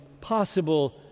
possible